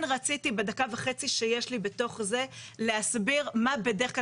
כן רציתי בדקה וחצי שיש לי בתוך זה להסביר מה בדרך כלל,